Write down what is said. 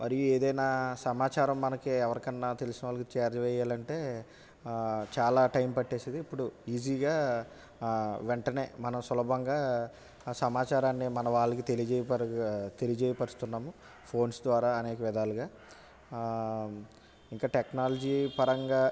మరియు ఏదైనా సమాచారం మనకే ఎవరికన్నా తెలిసిన వాళ్ళకి చేరవేయాలి అంటే చాలా టైమ్ పట్టేసేది ఇప్పుడు ఈజీగా వెంటనే మన సులభంగా సమాచారాన్ని మనవాళ్ళకి తెలియచే తెలియజేయ పరుస్తున్నాము ఫోన్స్ ద్వారా అనే అనేక విధాలుగా ఇంకా టెక్నాలజీ పరంగా